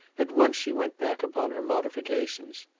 at once she went back upon her modifications.